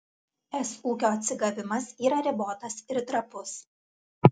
es ūkio atsigavimas yra ribotas ir trapus